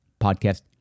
Podcast